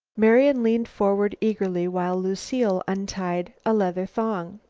marian leaned forward eagerly while lucile untied a leather thong.